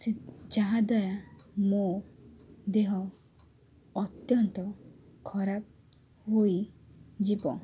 ସେ ଯାହାଦ୍ୱାରା ମୋ ଦେହ ଅତ୍ୟନ୍ତ ଖରାପ ହୋଇଯିବ